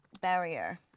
barrier